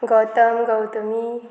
Gautam Gautami